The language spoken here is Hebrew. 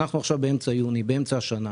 אנחנו עכשיו באמצע יוני, באמצע השנה,